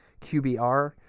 QBR